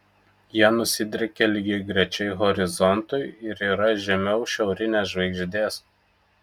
jie nusidriekę lygiagrečiai horizontui ir yra žemiau šiaurinės žvaigždės